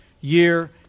year